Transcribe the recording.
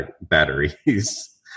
batteries